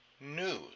News